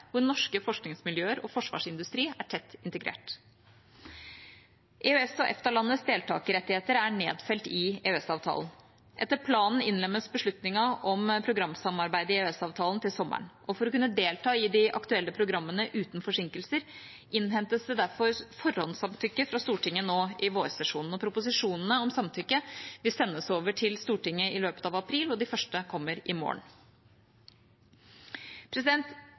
hvor norske forskningsmiljøer og forsvarsindustri er tett integrert. EØS/EFTA-landenes deltakerrettigheter er nedfelt i EØS-avtalen. Etter planen innlemmes beslutningen om programsamarbeidet i EØS-avtalen til sommeren. For å kunne delta i de aktuelle programmene uten forsinkelser innhentes det derfor forhåndssamtykke fra Stortinget nå i vårsesjonen. Proposisjonene om samtykke vil sendes over til Stortinget i løpet av april. De første kommer i morgen.